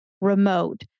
remote